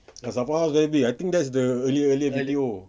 ya zafran house very big I think that's the earlier earlier B_T_O